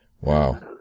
Wow